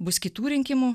bus kitų rinkimų